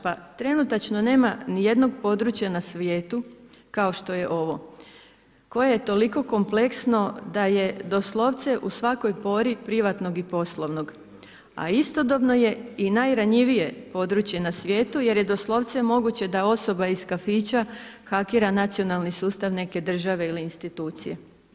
Pa trenutačno nema nijednog područja na svijetu kao što je ovo koje je toliko kompleksno da je doslovce u svakoj pori privatnog i poslovnog, a istodobno je i najranjivije područje na svijetu jer je doslovce moguće da osoba iz kafića hakira nacionalni sustav neke države ili institucije.